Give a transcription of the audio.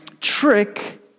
trick